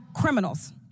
criminals